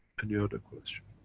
any other question?